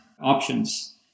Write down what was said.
options